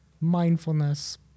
mindfulness